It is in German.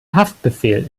haftbefehl